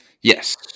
Yes